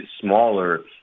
smaller